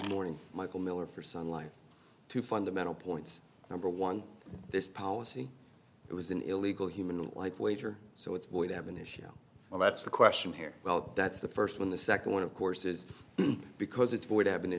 morning michael miller for sun life two fundamental point number one this policy it was an illegal human life wager so it's going to have an issue well that's the question here well that's the first one the second one of course is because it's void have